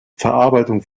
verarbeitung